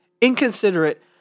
inconsiderate